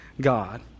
God